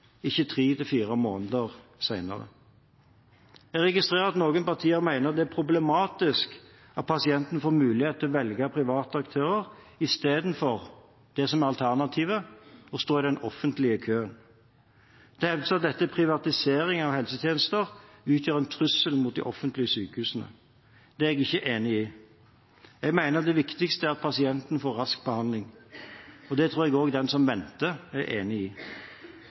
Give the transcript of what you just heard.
ikke tre–fire måneder senere. Jeg registrerer at noen partier mener det er problematisk at pasienten får mulighet til å velge private aktører i stedet for det som er alternativet, å stå i den offentlige køen. Det hevdes at dette er en privatisering av helsetjenester som utgjør en trussel mot de offentlige sykehusene. Det er jeg ikke enig i. Jeg mener det viktigste er at pasienten får rask behandling. Det tror jeg også at den som venter, er enig i.